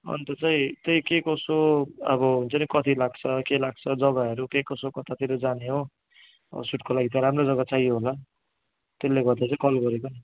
अन्त चाहिँ त्यही के कसो अब हुन्छ नि कति लाग्छ के लाग्छ जग्गाहरू के कसो कतातिर जाने हो सुटको लागि त राम्रो जग्गा चाहियो होला त्यसले गर्दा चाहिँ कल गरेको नि